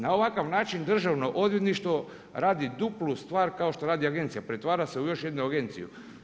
Na ovakav način državno odvjetništvo radi duplu stvar kao što radi agencija, pretvara se u još jednu agenciju.